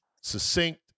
succinct